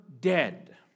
dead